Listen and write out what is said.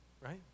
right